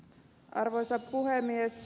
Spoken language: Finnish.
arvoisa puhemies